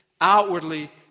outwardly